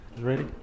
Ready